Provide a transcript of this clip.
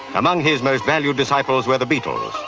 among his most valued disciples were the beatles,